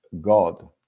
God